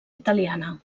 italiana